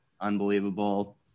unbelievable